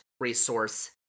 resource